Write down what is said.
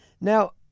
Now